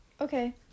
Okay